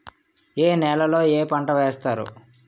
ఏ నేలలో ఏ పంట వేస్తారు?